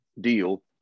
deal